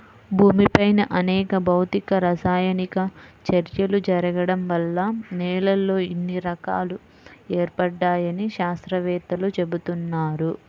భూమిపైన అనేక భౌతిక, రసాయనిక చర్యలు జరగడం వల్ల నేలల్లో ఇన్ని రకాలు ఏర్పడ్డాయని శాత్రవేత్తలు చెబుతున్నారు